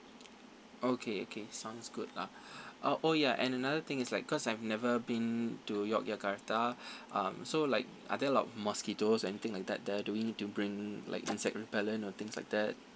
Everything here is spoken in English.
okay okay sounds good lah oh oh ya and another thing is like cause I've never been to yogyakarta um so like are there a lot mosquitoes anything like that there do we need to bring like insect repellent or things like that